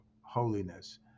holiness